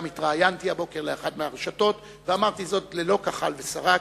גם התראיינתי הבוקר לאחת הרשתות ואמרתי זאת ללא כחל ושרק.